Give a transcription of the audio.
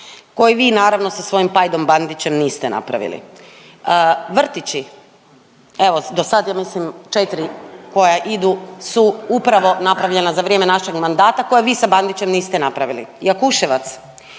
koji vi naravno sa svojim pajdom Bandićem niste napravili. Vrtići, evo do sad ja mislim 4 koja idu su upravo napravljena za vrijeme našeg mandata koja vi sa Bandićem niste napravili. Jakuševac,